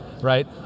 Right